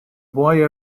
boy